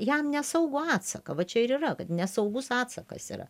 jam nesaugų atsaką va čia ir yra kad nesaugus atsakas yra